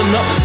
up